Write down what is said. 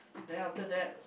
then after that